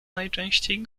najczęściej